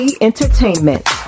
Entertainment